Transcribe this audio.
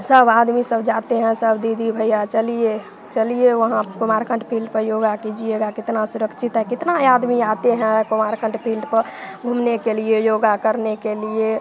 सब आदमी सब जाते हैं सब दीदी भइया चलिए चलिए वहाँ पे कुमारखंड फ़ील्ड पर योगा कीजिएगा कितना सुरक्षित है कितना आदमी आते हैं कुमारखंड फ़ील्ड पर घूमने के लिए योगा करने के लिए